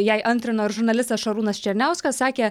jai antrino žurnalistas šarūnas černiauskas sakė